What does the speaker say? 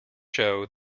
show